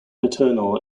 eternal